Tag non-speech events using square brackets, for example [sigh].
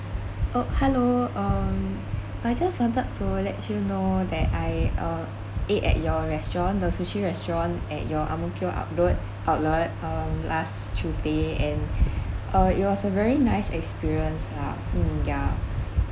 oh hello um [breath] I just wanted to let you know that I uh ate at your restaurant the sushi restaurant at your Ang Mo Kio outlet outlet um last tuesday and [breath] uh it was a very nice experience lah mm yeah